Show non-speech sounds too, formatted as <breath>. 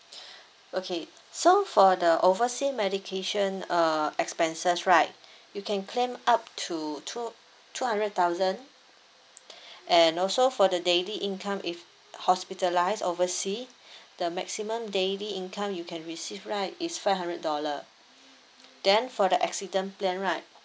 <breath> okay so for the oversea medication uh expenses right you can claim up to two two hundred thousand <breath> and also for the daily income if hospitalised oversea the maximum daily income you can receive right is five hundred dollar then for the accident plan right